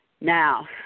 Now